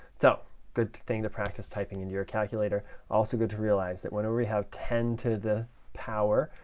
so good thing to practice typing in your calculator. also good to realize that whenever we have ten to the power,